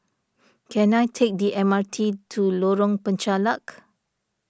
can I take the M R T to Lorong Penchalak